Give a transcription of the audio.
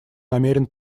намерен